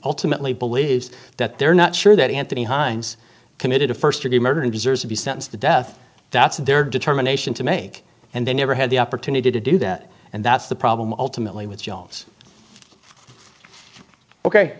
ultimately believes that they're not sure that anthony hines committed a first degree murder and deserves to be sentenced to death that's their determination to make and they never had the opportunity to do that and that's the problem alternately with jobs ok